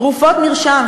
תרופות מרשם,